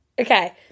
okay